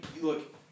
look